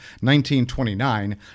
1929